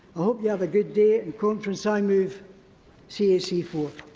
yeah have a good day. ah and conference, i move cac four.